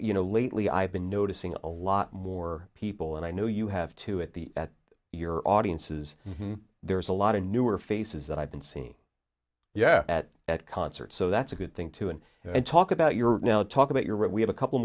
you know lately i've been noticing a lot more people and i know you have to at the at your audiences there's a lot of newer faces that i've been seen yeah at at concerts so that's a good thing too and i talk about your now talk about europe we have a couple